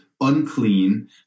unclean